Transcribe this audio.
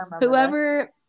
Whoever